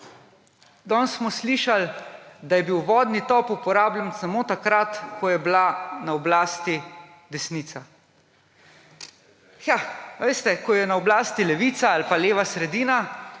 Danes smo slišali, da je bil vodni top uporabljen samo takrat, ko je bila na oblasti desnica. Ja, a veste, ko je na oblasti levica ali pa leva sredina